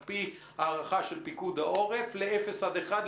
על פי ההערכה של פיקוד העורף לאפס עד אחד קילומטר,